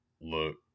look –